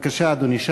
בבקשה, אדוני.